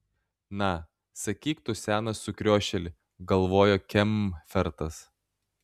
na sakyk tu senas sukriošėli galvojo kemfertas